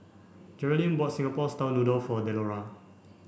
Jerrilyn bought Singapore style noodles for Delora